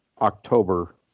October